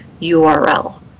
URL